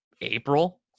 April